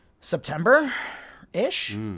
September-ish